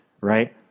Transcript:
right